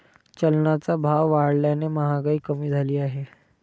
चलनाचा भाव वाढल्याने महागाई कमी झाली आहे